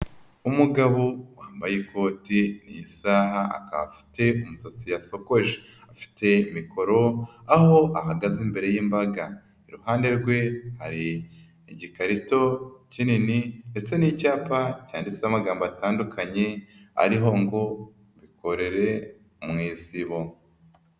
Umugabo wambaye ikoti n'isaha akaba afite umusatsi yashokoje, afite mikoro aho ahagaze imbere y'imbaga, iruhande rwe hari igikarito kinini ndetse n'icyapa cyanditseho amagambo atandukanye ariho ngo bikorere mu isibo.